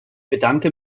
bedanke